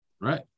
Right